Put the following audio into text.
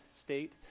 state